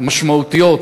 משמעותיות,